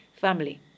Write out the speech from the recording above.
Family